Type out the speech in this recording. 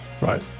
right